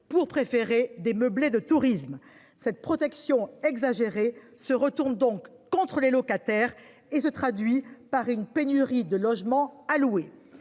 pour préférer des meublés de tourisme cette protection exagéré se retourne donc contre les locataires et se traduit par une pénurie de logements à louer.